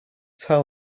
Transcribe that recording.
tell